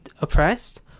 oppressed